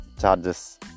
charges